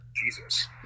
Jesus